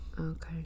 Okay